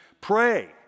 pray